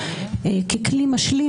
ככלי משלים,